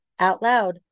OUTLOUD